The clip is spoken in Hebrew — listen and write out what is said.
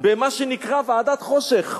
במה שנקרא "ועדת-חושך",